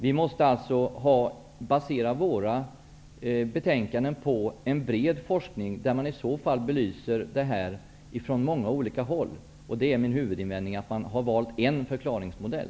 Vi måste basera våra betänkanden på en bred forskning, där man belyser frågan från många olika håll. Min huvudinvändning är att man har valt en förklaringsmodell.